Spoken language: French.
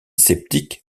sceptique